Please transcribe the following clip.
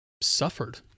suffered